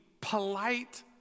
polite